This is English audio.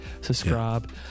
subscribe